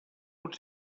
pot